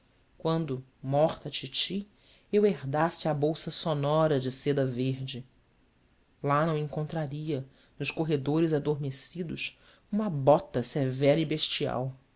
quando morta a titi eu herdasse a bolsa sonora de seda verde la não encontraria nos corredores adormecidos uma bota severa e bestial